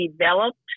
developed